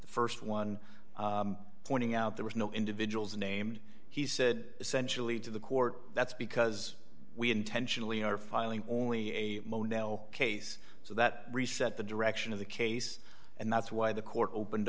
the st one pointing out there was no individuals named he said essentially to the court that's because we intentionally are filing only a mono case so that reset the direction of the case and that's why the court opened